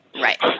Right